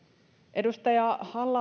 edustaja halla